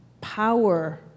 power